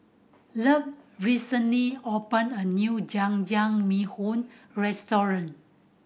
Love recently opened a new Jajangmyeon Restaurant